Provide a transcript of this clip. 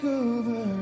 over